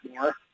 more